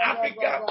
Africa